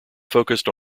focused